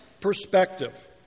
perspective